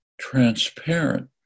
transparent